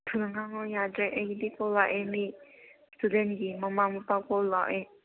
ꯊꯨꯅ ꯉꯥꯡꯉꯣ ꯌꯥꯗ꯭ꯔꯦ ꯑꯩꯒꯤꯗꯤ ꯀꯣꯜ ꯂꯥꯛꯑꯦ ꯃꯤ ꯏꯁꯇꯨꯗꯦꯟꯒꯤ ꯃꯃꯥ ꯃꯄꯥ ꯀꯣꯜ ꯂꯥꯛꯑꯦ